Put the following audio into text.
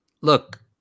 look